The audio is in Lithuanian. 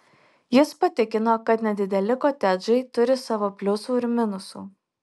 jis patikino kad nedideli kotedžai turi savo pliusų ir minusų